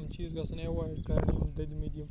یِم چیٖز گژھن ایوایِڈ کَرٕنۍ یِم دٔدۍ مٕتۍ یِم